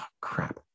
crap